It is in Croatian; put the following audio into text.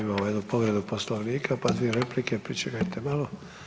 Evo imamo jednu povredu Poslovnika, pa dvije replike, pričekajte malo.